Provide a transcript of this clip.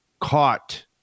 caught